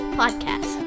podcast